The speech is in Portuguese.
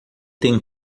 têm